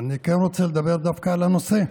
אני כן רוצה לדבר דווקא על הנושא.